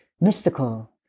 mystical